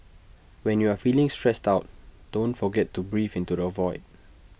when you are feeling stressed out don't forget to breathe into the void